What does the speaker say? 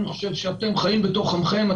אתם חיים בתוך עמכם,